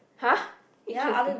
!huh! interesting